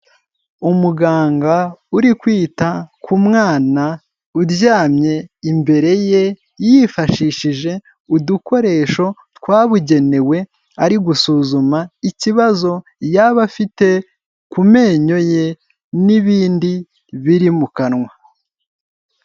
Umuganga uri kwita ku mwana uryamye imbere ye, yifashishije udukoresho twabugenewe, ari gusuzuma ikibazo yaba afite ku menyo ye, n'ibindi biri mu kanwa.